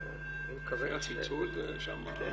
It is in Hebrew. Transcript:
היה צלצול שם...